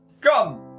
Come